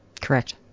Correct